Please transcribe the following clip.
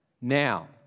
now